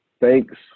thanks